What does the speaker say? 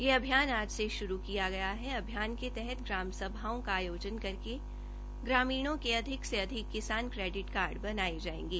यह अभियान आज से शुरु किया गया है अभियान के तहत ग्राम सभाओं का आयोजन करके ग्रामीणों के अधिक से अधिक किसान क्रेडिट कार्ड बनाए जाएंगे